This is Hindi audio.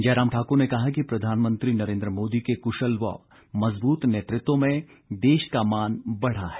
जयराम ठाक्र ने कहा कि प्रधानमंत्री नरेन्द्र मोदी के कुशल व मजबूत नेतृत्व में देश का मान बढ़ा है